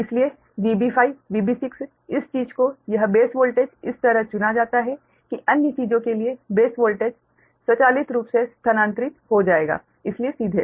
इसलिए VB5VB6 इस चीज को यह बेस वोल्टेज इस तरह चुना जाता है कि अन्य चीजों के लिए बेस वोल्टेज स्वचालित रूप से स्थानांतरित हो जाएगा इसलिए सीधे